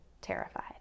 terrified